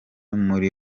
muri